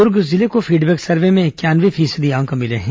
दुर्ग जिले को feedback survey में इंक्यावने फीसदी अंक मिले हैं